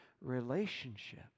relationship